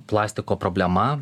plastiko problema